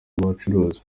bacuruzi